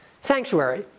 sanctuary